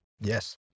Yes